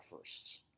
firsts